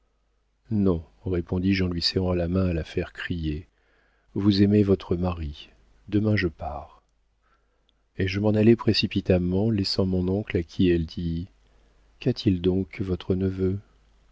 non répondis-je en lui serrant la main à la faire crier vous aimez votre mari demain je pars et je m'en allai précipitamment laissant mon oncle à qui elle dit qu'a-t-il donc votre neveu